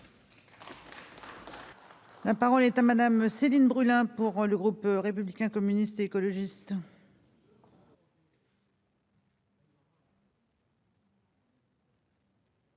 La parole est à madame Céline Brulin pour le groupe républicain, communistes, écologistes.